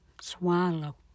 swallow